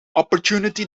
opportunity